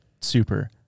super